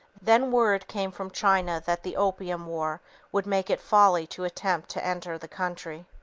then word came from china that the opium war would make it folly to attempt to enter the country.